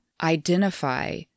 identify